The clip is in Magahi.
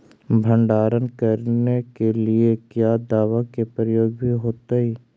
भंडारन करने के लिय क्या दाबा के प्रयोग भी होयतय?